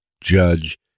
judge